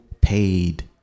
paid